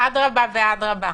אדרבה ואדרבה,